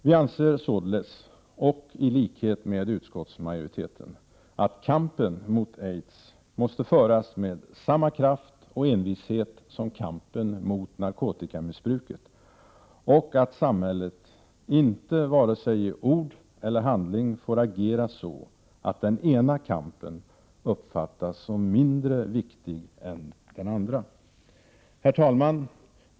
Vi anser således — i likhet med utskottsmajoriteten — att kampen mot aids måste föras med samma kraft och envishet som kampen mot narkotikamissbruket och att samhället inte vare sig i ord eller i handling får agera så att den ena kampen uppfattas som mindre viktig än den andra. Herr talman!